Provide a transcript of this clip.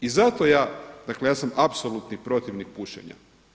I zato ja, dakle ja sam apsolutni protivnik pušenja.